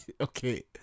okay